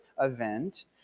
event